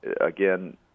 Again